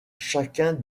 chacun